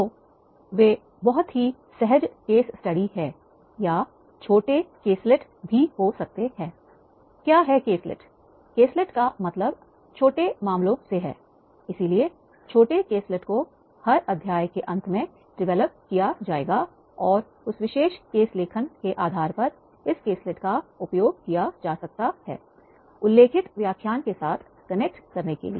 तो वे बहुत ही सहज केस स्टडी हैं या छोटे केसलेट करने के लिए